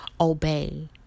Obey